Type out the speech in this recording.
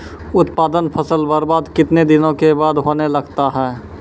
उत्पादन फसल बबार्द कितने दिनों के बाद होने लगता हैं?